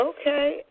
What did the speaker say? okay